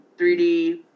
3D